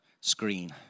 screen